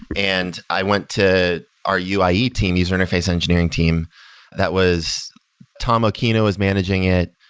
and i went to our uie team, user interface engineering team that was tom okino is managing it,